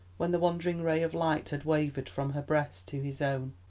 when the wandering ray of light had wavered from her breast to his own,